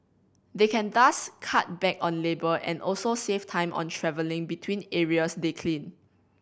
they can thus cut back on labour and also save time on travelling between areas they clean